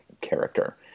character